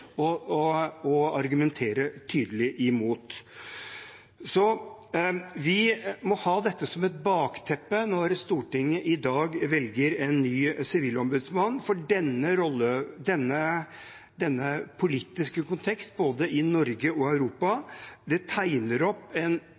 og argumentert tydelig imot. Så vi må ha dette som bakteppe når Stortinget i dag velger en ny sivilombudsmann, for denne politiske konteksten, både i Norge og i Europa, tegner opp